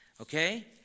Okay